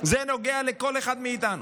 זה נוגע לכל אחד מאיתנו.